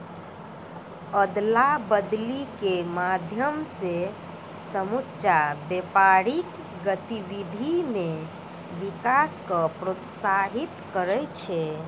अदला बदली के माध्यम से समुच्चा व्यापारिक गतिविधि मे विकास क प्रोत्साहित करै छै